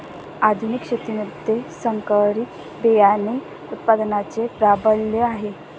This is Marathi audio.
आधुनिक शेतीमध्ये संकरित बियाणे उत्पादनाचे प्राबल्य आहे